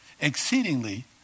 exceedingly